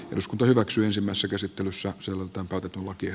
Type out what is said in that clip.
eduskunta hyväksyisimmässä käsittelyssä sultan toteutuakin